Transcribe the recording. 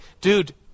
dude